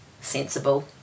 sensible